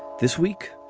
this week,